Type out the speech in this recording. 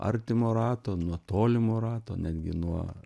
artimo rato nuo tolimo rato netgi nuo